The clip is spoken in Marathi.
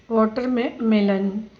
वॉटरमे मेलन